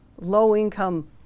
low-income